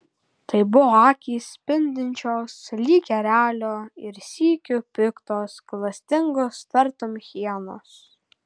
tai buvo akys spindinčios lyg erelio ir sykiu piktos klastingos tartum hienos